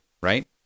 right